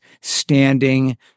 standing